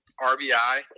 RBI